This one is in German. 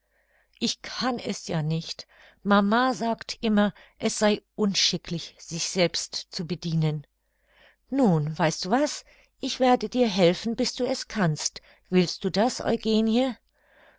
ich kann es ja nicht mama sagt immer es sei unschicklich sich selbst zu bedienen nun weißt du was ich werde dir helfen bis du es kannst willst du das eugenie